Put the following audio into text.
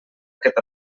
aquest